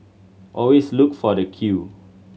always look for the queue